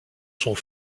sont